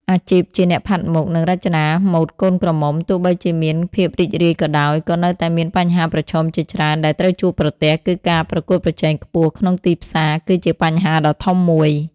អាជីពជាអ្នកផាត់មុខ និងរចនាម៉ូដកូនក្រមុំ ទោះបីជាមានភាពរីករាយក៏ដោយ ក៏នៅតែមានបញ្ហាប្រឈមជាច្រើនដែលត្រូវជួបប្រទះគឺការប្រកួតប្រជែងខ្ពស់ក្នុងទីផ្សារគឺជាបញ្ហាដ៏ធំមួយ។